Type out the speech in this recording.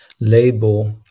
label